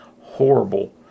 horrible